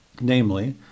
Namely